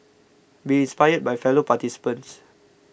be inspired by fellow participants